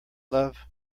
love